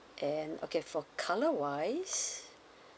and okay for colour wise